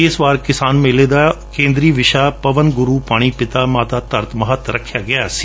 ਇਸ ਵਾਰ ਕਿਸਾਨ ਮੇਲੇ ਦਾ ਕੇਂਦਰੀ ਵਿਸ਼ਾ ਪਵਨ ਗੁਰੁ ਪਾਣੀ ਪਿਤਾ ਮਾਤਾ ਧਰਤ ਮਹੱਤ ਰੱਖਿਆ ਗਿਆ ਸੀ